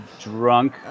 Drunk